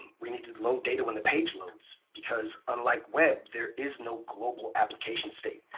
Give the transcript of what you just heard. and we need to load data when the page loads, because unlike web, there is no global application state.